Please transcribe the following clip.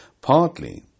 Partly